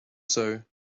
sow